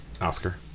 Oscar